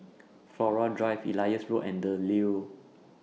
Flora Drive Elias Road and The Leo